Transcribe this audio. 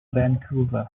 vancouver